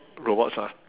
robots lah